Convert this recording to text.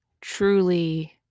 truly